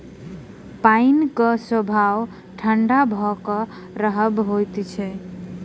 पाइनक स्वभाव ठंढा भ क रहब होइत अछि